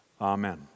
Amen